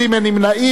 אין נמנעים.